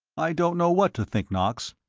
i don't know what to think, knox.